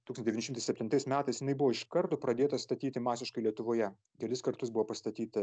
tūkstantis devyni šimtai septintais metais jinai buvo iš karto pradėta statyti masiškai lietuvoje kelis kartus buvo pastatyta